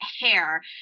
hair